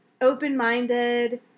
open-minded